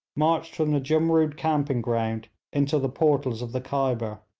marched from the jumrood camping ground into the portals of the khyber.